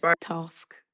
task